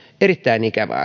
erittäin ikävä